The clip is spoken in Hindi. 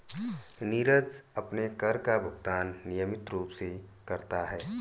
नीरज अपने कर का भुगतान नियमित रूप से करता है